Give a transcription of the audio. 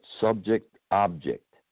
subject-object